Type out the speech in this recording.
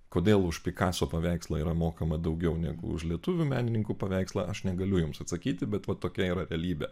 kodėl už pikaso paveikslą yra mokama daugiau negu už lietuvių menininkų paveikslą aš negaliu jums atsakyti bet va tokia yra realybė